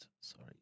Sorry